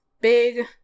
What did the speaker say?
big